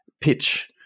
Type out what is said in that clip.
pitch